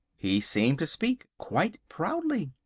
he seemed to speak quite proudly.